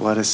let